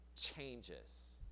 changes